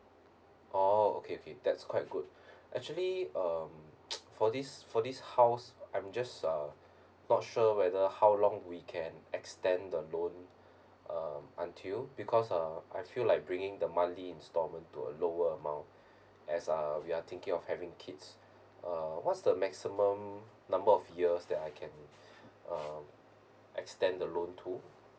oh okay okay that's quite good actually um for this for this house I'm just uh not sure whether how long we can extend the loan um until because uh I feel like bringing the monthly installment to a lower amount as uh we are thinking of having kids uh what's the maximum number of years that I can uh extend the loan to